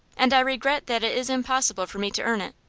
and i regret that it is impossible for me to earn it.